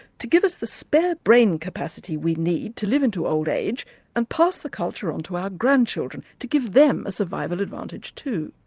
to give us the spare brain capacity we need to live into old age and pass the culture on to our grandchildren to give them a survival advantage too.